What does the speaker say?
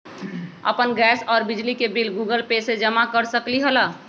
अपन गैस और बिजली के बिल गूगल पे से जमा कर सकलीहल?